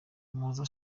umuhoza